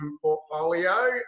portfolio